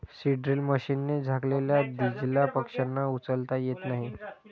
seed drill मशीनने झाकलेल्या दीजला पक्ष्यांना उचलता येत नाही